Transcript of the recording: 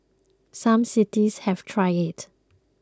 some cities have tried it